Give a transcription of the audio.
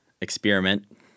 experiment